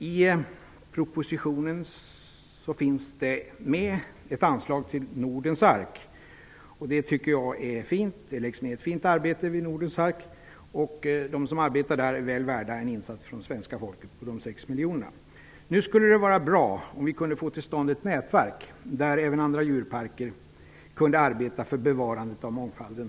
I propositionen finns ett anslag till Nordens ark. Det tycker jag är bra. Det läggs ner ett fint arbete vid Nordens ark, och de som arbetar där är väl värda de 6 miljonerna från svenska folket. Men nu skulle det vara bra om vi också kunde få till stånd ett nätverk där även andra djurparker kunde arbeta för bevarandet av mångfalden.